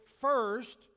First